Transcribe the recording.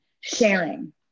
sharing